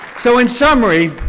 so in summary,